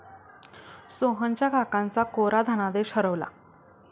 सोहनच्या काकांचा कोरा धनादेश हरवला